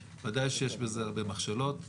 ואני לא יכול להגיד לו מכיוון שיש לו את זכות הדיבור,